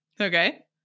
Okay